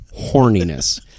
horniness